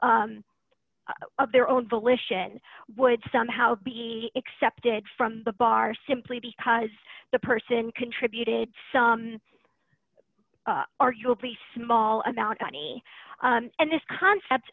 acts of their own volition would somehow be excepted from the bar simply because the person contributed some arguably small amount of money and this concept